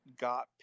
got